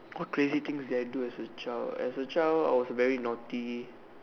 what crazy things did I do as a child as a child I was very naughty